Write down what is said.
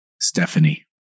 Stephanie